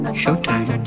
showtime